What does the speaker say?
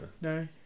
no